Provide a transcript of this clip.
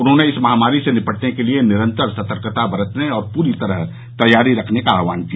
उन्होंने इस महामारी से निपटने के लिए निरंतर सतर्कता बरतने और पूरी तरह तैयारी रखने का आहवान किया